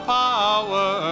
power